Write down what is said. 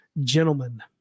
Gentlemen